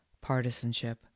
partisanship